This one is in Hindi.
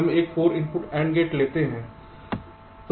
हम एक 4 इनपुट AND गेट लेते हैं